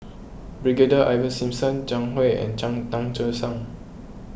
Brigadier Ivan Simson Zhang Hui and Tan Che Sang